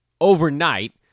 overnight